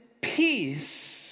peace